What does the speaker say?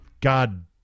God